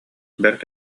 бэрт